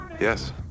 Yes